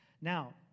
Now